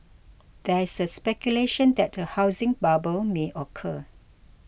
there is speculation that a housing bubble may occur